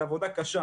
זו עבודה קשה.